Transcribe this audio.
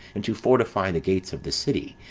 and to fortify the gates of the city,